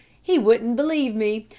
he wouldn't believe me,